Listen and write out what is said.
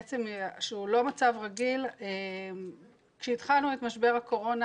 שהוא לא מצב רגיל כשהתחלנו את משבר הקורונה,